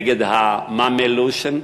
נגד ה"מאמע לשון",